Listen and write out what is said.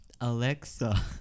alexa